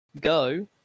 go